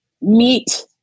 meet